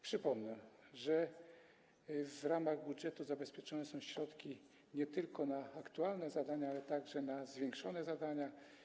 Przypomnę, że w ramach budżetu zabezpieczone są środki nie tylko na aktualne zadania, ale także na zwiększone zadania.